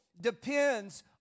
depends